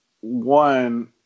one